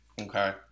okay